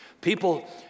People